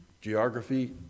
geography